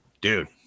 Dude